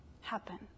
happen